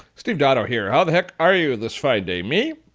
steve dotto here. how the heck are you this fine day? me?